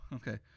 okay